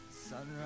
Sunrise